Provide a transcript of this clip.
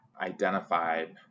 identified